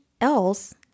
else